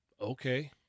okay